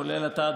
כולל אתה,